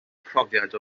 profiad